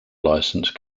license